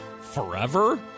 Forever